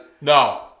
no